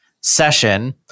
session